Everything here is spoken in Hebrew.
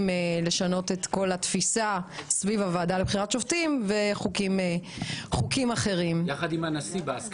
לשנות את כל התפיסה סביב הוועדה לבחירת שופטים וסביב חוקים אחרים.